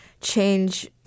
change